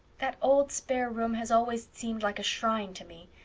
that old spare room has always seemed like a shrine to me.